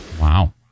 wow